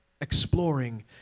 exploring